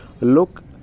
Look